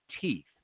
teeth